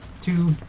two